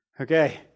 okay